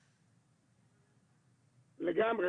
לגמרי.